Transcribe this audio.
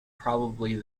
probably